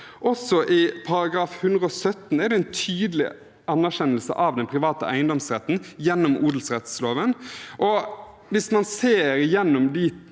Også i § 117 er det en tydelig anerkjennelse av den private eiendomsretten gjennom odelsloven, og hvis man ser gjennom